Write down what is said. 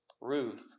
Ruth